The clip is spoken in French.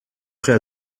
prêt